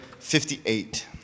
58